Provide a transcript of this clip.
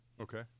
Okay